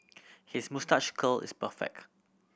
his moustache curl is perfect